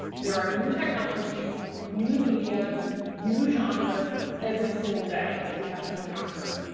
there are new technologies new media new genres every single day that we have to encounter